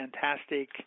fantastic